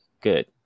good